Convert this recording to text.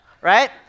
right